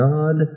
God